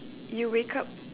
you wake up